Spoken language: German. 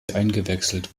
eingewechselt